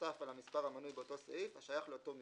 נוסף על המספר המנוי באותו סעיף השייך לאותו מיעוט.